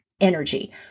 energy